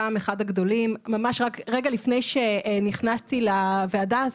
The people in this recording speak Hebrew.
חשוב לנו לשמוע את הנתונים האלה על מנת שנוכל להתמודד ולפנות למי